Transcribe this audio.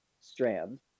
strand